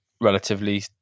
relatively